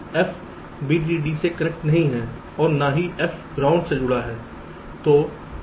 तो F VDD से connect नहीं है न ही F ग्राउंड से जुड़ा है